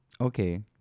Okay